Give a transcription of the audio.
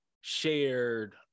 shared